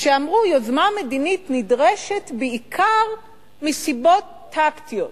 כשאמרו: יוזמה מדינית נדרשת בעיקר מסיבות טקטיות,